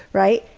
right.